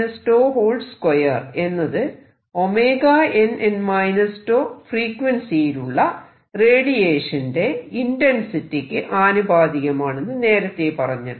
Cnn τ2എന്നത് nn τ ഫ്രീക്വൻസിയിലുള്ള റേഡിയേഷന്റെ ഇന്റെൻസിറ്റിയ്ക്ക് ആനുപാതികമാണെന്ന് നേരത്തെ പറഞ്ഞല്ലോ